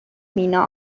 مینا